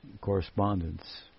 correspondence